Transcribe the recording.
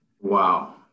Wow